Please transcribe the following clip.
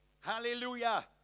Hallelujah